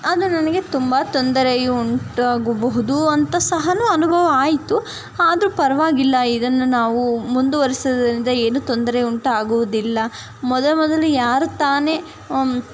ಅದು ನನಗೆ ತುಂಬ ತೊಂದರೆಯೂ ಉಂಟಾಗಬಹುದು ಅಂತ ಸಹ ಅನುಭವ ಆಯಿತು ಆದರೂ ಪರವಾಗಿಲ್ಲ ಇದನ್ನು ನಾವು ಮುಂದುವರಿಸಿದ್ರಿಂದ ಏನೂ ತೊಂದರೆ ಉಂಟಾಗುವುದಿಲ್ಲ ಮೊದಮೊದಲು ಯಾರು ತಾನೆ